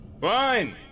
Fine